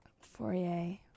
Fourier